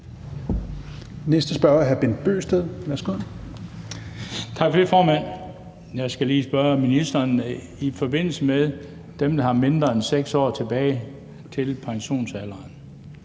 Kl. 15:04 Bent Bøgsted (DF): Tak for det, formand. Jeg skal lige stille et spørgsmål til ministeren i forbindelse med dem, der har mindre end 6 år tilbage til pensionsalderen.